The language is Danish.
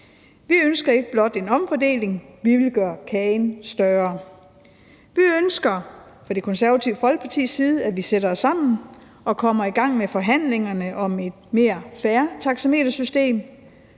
Vi ønsker ikke blot en omfordeling; vi vil gøre kagen større. Vi ønsker fra Det Konservative Folkepartis side, at vi sætter os sammen og kommer i gang med forhandlingerne om et mere fair taxametersystem.